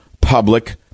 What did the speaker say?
public